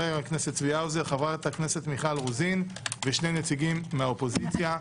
צבי האוזר, מיכל רוזין ושני נציגים מהאופוזיציה.